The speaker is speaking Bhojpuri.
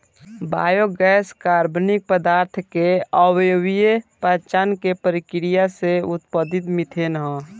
बायोगैस कार्बनिक पदार्थ के अवायवीय पाचन के प्रक्रिया से उत्पादित मिथेन ह